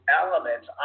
elements